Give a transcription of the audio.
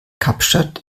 kapstadt